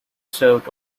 served